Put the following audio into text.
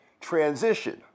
transition